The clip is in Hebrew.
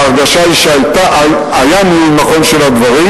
וההרגשה היא שהיה ניהול נכון של הדברים,